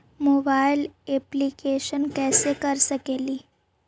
Mobile application कैसे कर सकेली?